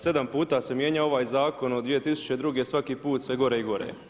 7 puta se mijenjao ovaj zakon od 2002. svaki put sve gore i gore.